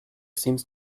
seems